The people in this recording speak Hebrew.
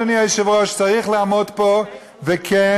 אדוני היושב-ראש, צריך לעמוד פה וכן,